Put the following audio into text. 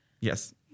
yes